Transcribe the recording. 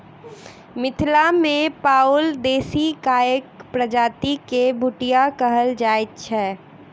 मिथिला मे पाओल देशी गायक प्रजाति के भुटिया कहल जाइत छै